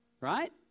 Right